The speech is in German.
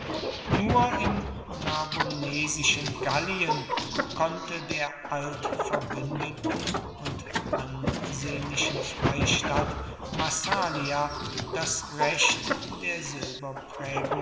nur im narbonesischen gallien konnte der altverbündeten und ansehnlichen freistadt massalia das recht der